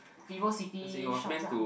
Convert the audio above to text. Vivo-City shops lah